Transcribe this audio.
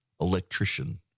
electrician